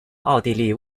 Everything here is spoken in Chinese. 奥地利